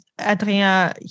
Adrien